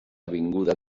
avinguda